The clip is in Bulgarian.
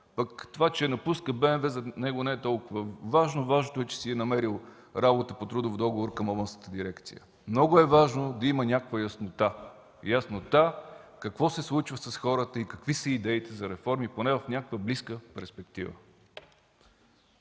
пък това, че напуска БМВ за него не е толкова важно. Важното е, че си е намерил работа по трудов договор към областната дирекция. Много е важно да има някаква яснота какво се случва с хората и какви са идеите за реформи поне в някаква близка перспектива.